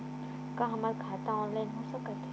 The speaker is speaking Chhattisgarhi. का हमर खाता ऑनलाइन हो सकथे?